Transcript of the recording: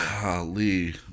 golly